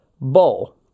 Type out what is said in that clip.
Bowl